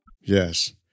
Yes